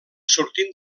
sortint